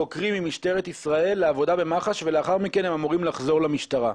חוקרים ממשטרת ישראל לעבודה במח"ש ולאחר מכן הם אמורים לחזור למשטרה.